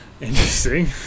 Interesting